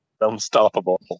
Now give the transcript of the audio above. Unstoppable